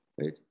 Right